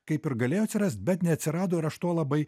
kaip ir galėjo atsirast bet neatsirado ir aš tuo labai